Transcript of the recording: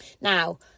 Now